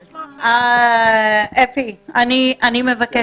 אפי, אני מבינה